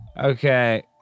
Okay